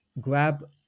grab